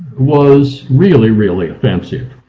was really really offensive.